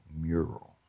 Mural